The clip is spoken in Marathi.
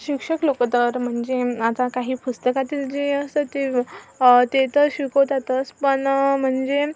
शिक्षक लोकं तर आता म्हणजे आता काही पुस्तकातील जे असं ते ते तर शिकवतातच पण म्हणजे